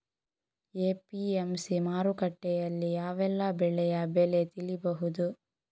APMC ಮಾರುಕಟ್ಟೆಯಲ್ಲಿ ಯಾವೆಲ್ಲಾ ಬೆಳೆಯ ಬೆಲೆ ತಿಳಿಬಹುದು?